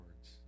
words